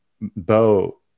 Bo